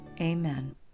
Amen